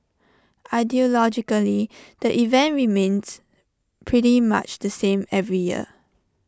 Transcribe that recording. ideologically the event remains pretty much the same every year